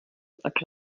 akw